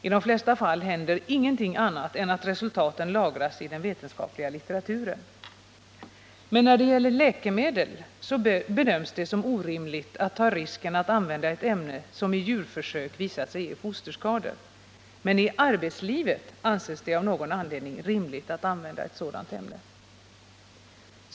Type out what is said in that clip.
I de flesta fall händer ingenting annat än att resultaten lagras i den vetenskapliga litteraturen. När det gäller läkemedel bedöms det som orimligt att ta risken att använda ett ämne som i djurförsök har visat sig ge fosterskador, men i arbetslivet anses det av någon anledning rimligt att använda ett sådant ämne.